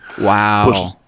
Wow